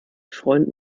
freund